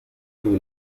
lui